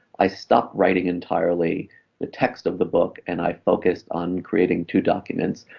i stopped writing entirely the text of the book and i focused on creating two documents.